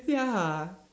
ya